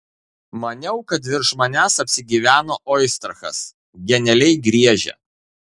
maniau kad virš manęs apsigyveno oistrachas genialiai griežia